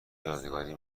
یادگاری